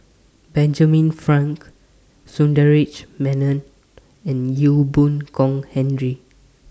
Benjamin Frank Sundaresh Menon and Ee Boon Kong Henry